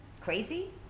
crazy